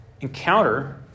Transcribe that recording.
encounter